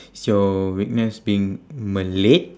is your weakness being malate